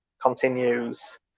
continues